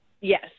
Yes